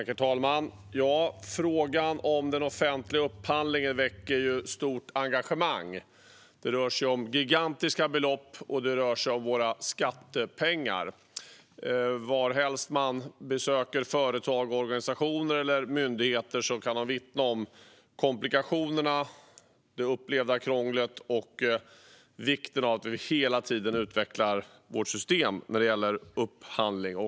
Herr talman! Frågan om den offentliga upphandlingen väcker stort engagemang. Det rör sig om gigantiska belopp, och det rör sig om våra skattepengar. Varhelst man besöker företag, organisationer eller myndigheter kan de vittna om komplikationerna, det upplevda krånglet och vikten av att vi hela tiden utvecklar vårt system när det gäller upphandling.